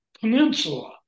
peninsula